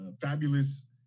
fabulous